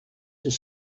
was